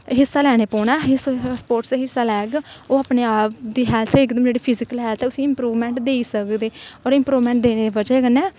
हिस्सा लैने पौना स्पोटस च हिस्सा लैग ओह् अपने आप ओह्दी हैलथ फिजीकली हैल्थ उसी इंप्रूमैंट देई सकदे और इंप्रूवमैंट देने दी बज़ा कन्नै